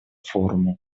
форума